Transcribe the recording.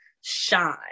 shine